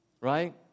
right